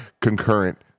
concurrent